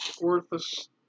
worthless